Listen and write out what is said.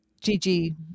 Gigi